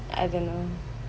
I don't know